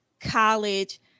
college